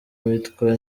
uwitwa